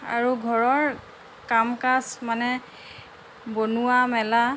আৰু ঘৰৰ কাম কাজ মানে বনোৱা মেলা